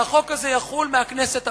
שהחוק הזה יחול מהכנסת הבאה,